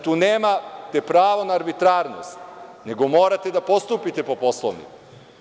Tu nemate pravo na arbitrarnost, nego morate da postupite po Poslovniku.